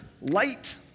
Light